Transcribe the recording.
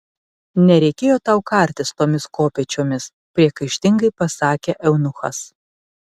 nereikėjo tau kartis tomis kopėčiomis priekaištingai pasakė eunuchas